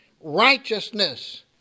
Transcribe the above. righteousness